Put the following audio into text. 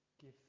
give